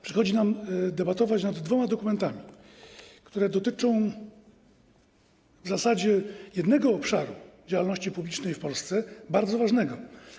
Przychodzi nam debatować nad dwoma dokumentami, które dotyczą w zasadzie jednego obszaru działalności publicznej w Polsce, bardzo ważnego.